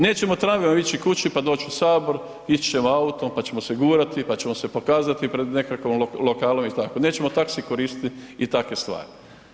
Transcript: Nećemo tramvajem ići kući pa doći u Sabor, ići ćemo autom, pa ćemo se gurati, pa ćemo se pokazati pred nekakvim lokalom itd., nećemo taxi koristiti i takve stvari.